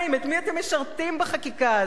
את מי אתם משרתים בחקיקה הזאת?